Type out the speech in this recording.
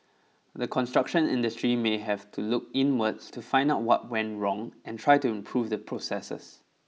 the construction industry may have to look inwards to find out what went wrong and try to improve the processes